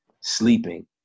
sleeping